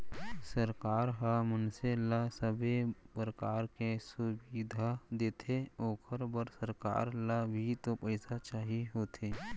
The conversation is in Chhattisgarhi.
सरकार ह मनसे ल सबे परकार के सुबिधा देथे ओखर बर सरकार ल भी तो पइसा चाही होथे